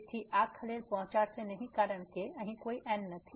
તેથી આ ખલેલ પહોંચાડશે નહીં કારણ કે અહીં કોઈ n નથી